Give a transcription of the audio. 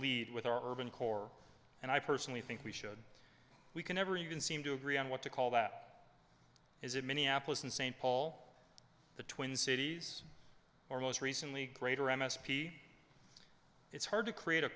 lead with our urban core and i personally think we should we can ever even seem to agree on what to call that is it minneapolis and st paul the twin cities or most recently greater m s p it's hard to create a